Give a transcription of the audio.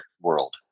world